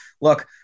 look